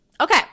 Okay